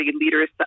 leaders